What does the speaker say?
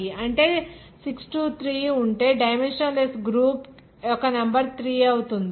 అంటే 6 3 అంటే dimensionless group యొక్క నెంబర్ 3 అవుతుంది